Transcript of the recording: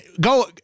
go